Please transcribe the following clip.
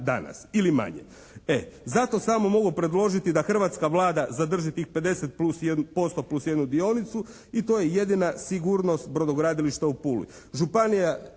danas ili manje. Zato samo mogu predložiti da hrvatska Vlada zadrži tih 50% plus jednu dionicu i to je jedina sigurnost brodogradilišta u Puli. Županija